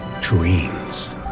dreams